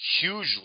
hugely